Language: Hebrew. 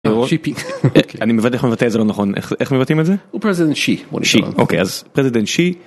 אני בטח לא מבטא את זה נכון, איך מבטאים את זה? הוא פרזידנט שי, שי. אוקיי, אז פרזידנט שי.